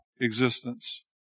existence